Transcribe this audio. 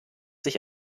sich